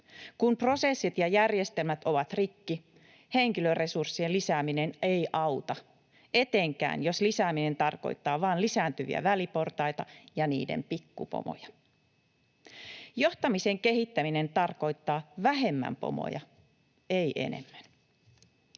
Kun prosessit ja järjestelmät ovat rikki, henkilöresurssien lisääminen ei auta, etenkään jos lisääminen tarkoittaa vain lisääntyviä väliportaita ja niiden pikkupomoja. Johtamisen kehittäminen tarkoittaa vähemmän pomoja, ei enemmän.